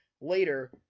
later